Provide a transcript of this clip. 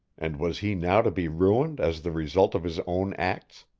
and was he now to be ruined as the result of his own acts?